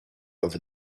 over